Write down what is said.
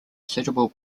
suitable